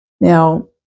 Now